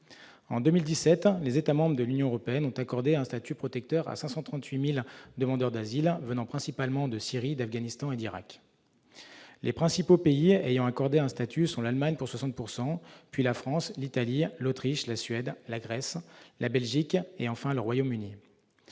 En 2017, les États membres de l'Union européenne ont accordé un statut protecteur à 538 000 demandeurs d'asile venant principalement de Syrie, d'Afghanistan et d'Irak. Les principaux pays ayant accordé un statut sont l'Allemagne, pour 60 % du total, la France, l'Italie, l'Autriche, la Suède, la Grèce, la Belgique et le Royaume-Uni.